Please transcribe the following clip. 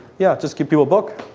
yeah, just give you a book.